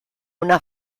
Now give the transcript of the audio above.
una